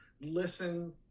listen